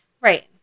Right